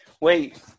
wait